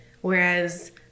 Whereas